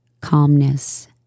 calmness